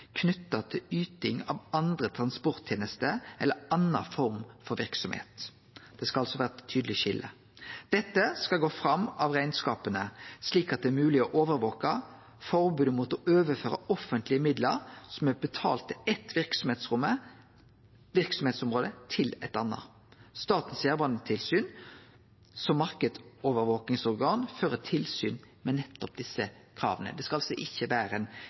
knytt til yting av andre transporttenester eller anna form for verksemd. Det skal altså vere eit tydeleg skilje. Dette skal gå fram av rekneskapane, slik at det er mogleg å overvake forbodet mot å overføre offentlege midlar som er betalte til eitt verksemdsområde, til eit anna. Statens jernbanetilsyn, som marknadsovervakingsorgan, fører tilsyn med nettopp desse krava. Det skal altså ikkje vere